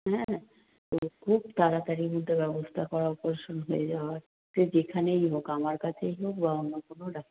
হ্যাঁ তো খুব তাড়াতাড়ি কিন্তু ব্যবস্থা অপারেশান হয়ে যাওয়ার সে যেখানেই হোক আমার কাছেই হোক বা অন্য কোনো ডাক্তারের